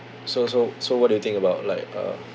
so so so what do you think about like uh